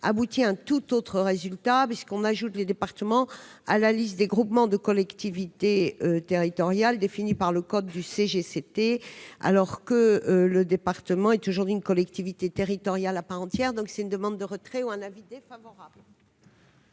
aboutirait à un tout autre résultat, puisque l'on ajoute les départements à la liste des groupements de collectivités territoriales définis par le CGCT, alors que le département est aujourd'hui une collectivité territoriale à part entière. Je vous demande de retirer votre